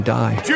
die